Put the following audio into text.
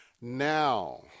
Now